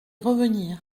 revenir